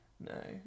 No